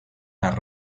las